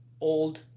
old